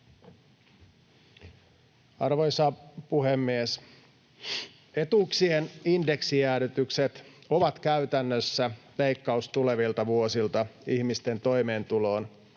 Arvoisa puhemies! Etuuksien indeksijäädytykset ovat käytännössä leikkaus tulevilta vuosilta ihmisten toimeentuloon.